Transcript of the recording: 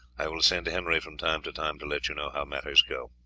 i will send henry from time to time to let you know how matters go.